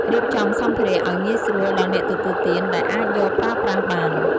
រៀបចំសម្ភារៈឱ្យងាយស្រួលដល់អ្នកទទួលទានដែលអាចយកប្រើប្រាស់បាន។